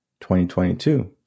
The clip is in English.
2022